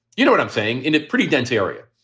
you know what i'm saying? and it pretty dense area.